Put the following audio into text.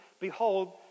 Behold